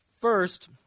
First